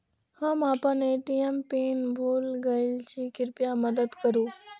हम आपन ATM PIN भूल गईल छी, कृपया मदद करू